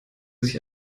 sich